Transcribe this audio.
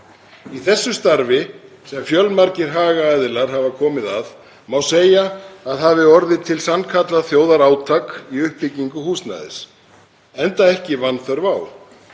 Í þessu starfi, sem fjölmargir hagaðilar hafa komið að, má segja að hafi orðið til sannkallað þjóðarátak í uppbyggingu, húsnæðis enda ekki vanþörf á